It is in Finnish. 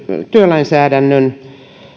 työlainsäädännön